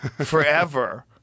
forever